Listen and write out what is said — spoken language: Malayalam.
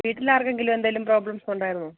വീട്ടിലാർക്കെങ്കിലും എന്തേലും പ്രോബ്ലെംസ് ഉണ്ടായിരുന്നോ